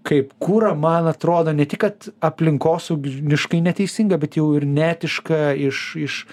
kaip kurą man atrodo ne tik kad aplinkosauginiškai neteisinga bet jau ir neetiška iš iš